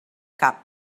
cap